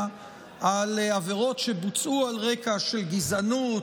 על עבירות שבוצעו על רקע של גזענות,